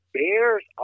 bears